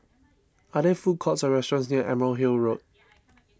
are there food courts or restaurants near Emerald Hill Road